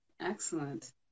excellent